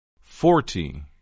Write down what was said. Forty